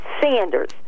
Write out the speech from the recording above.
Sanders